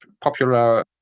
popular